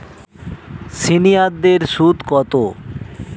সিনিয়ারদের সুদ কত?